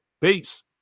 Peace